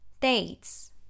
Dates